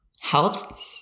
health